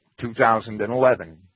2011